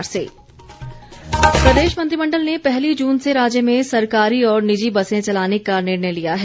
cabinet प्रदेश मंत्रिमंडल ने पहली जून से राज्य में सरकारी और निजी बसें चलने का निर्णय लिया है